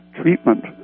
treatment